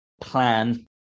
plan